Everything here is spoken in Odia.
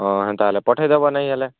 ହଁ ହେନ୍ତା ହେଲେ ପଠେଇଦେବ ନାଇଁ ହେଲେ